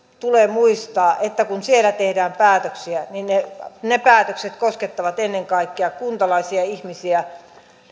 tulee muistaa että kun siellä tehdään päätöksiä niin ne ne päätökset koskettavat ennen kaikkea kuntalaisia ihmisiä